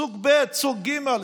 סוג ב', סוג' ג'.